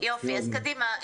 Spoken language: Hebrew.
אז קדימה,